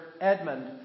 Edmund